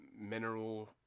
mineral